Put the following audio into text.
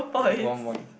one point